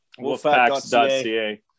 wolfpacks.ca